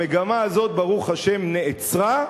המגמה הזאת ברוך השם נעצרה,